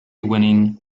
winning